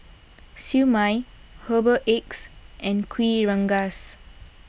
Siew Mai Herbal Eggs and Kuih Rengas